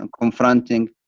confronting